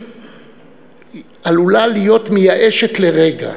שעלולה להיות מייאשת לרגע.